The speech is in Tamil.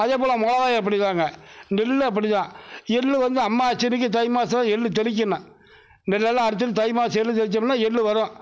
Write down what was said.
அதேப்போல் மிளகாயும் அப்படிதாங்க நெல்லும் அப்படிதான் எள் வந்து அம்மா செடிக்கு தை மாதம் எள் தெளிக்கணும் நெல்லெலாம் அறுத்துகிட்டு தை மாதத்துல எள் தெளித்தமுன்னா எள் வரும்